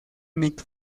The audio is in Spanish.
nick